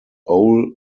owl